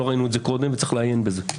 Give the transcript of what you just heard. לא ראינו את זה קודם וצריך לעיין בזה.